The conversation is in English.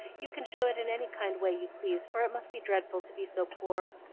you can show it in any kind way you please, for it must be dreadful to be so poor.